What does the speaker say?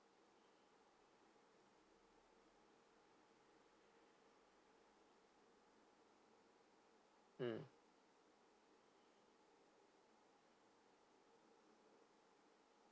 mm